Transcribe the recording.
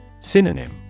Synonym